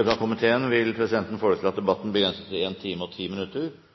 fra finanskomiteen vil presidenten foreslå at debatten blir begrenset til 1 time og 10 minutter,